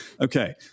Okay